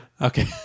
Okay